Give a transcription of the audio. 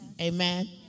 Amen